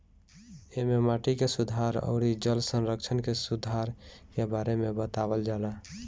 एमे माटी के सुधार अउरी जल संरक्षण के सुधार के बारे में बतावल जाला